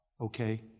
okay